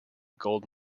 gold